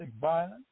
violence